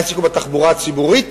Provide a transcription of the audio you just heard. העסק הוא בתחבורה הציבורית,